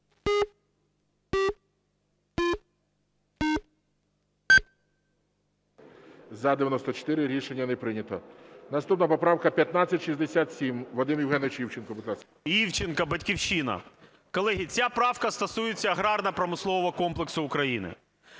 За-94 Рішення не прийнято. Наступна поправка 1567. Вадим Євгенович Івченко, будь ласка. 13:25:19 ІВЧЕНКО В.Є. Івченко, "Батьківщина". Колеги, ця правка стосується аграрно-промислового комплексу України.